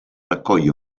raccoglie